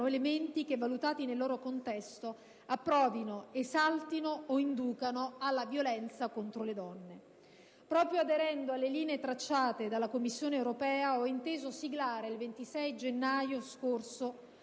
elementi che, valutati nel loro contesto, approvino, esaltino o inducano alla violenza contro le donne. Proprio aderendo alle linee tracciate dalla Commissione europea, ho inteso siglare il 26 gennaio scorso